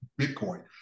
bitcoin